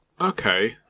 okay